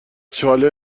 چاله